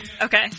Okay